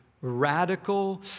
radical